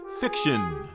fiction